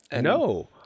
No